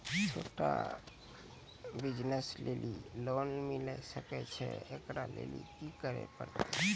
छोटा बिज़नस लेली लोन मिले सकय छै? एकरा लेली की करै परतै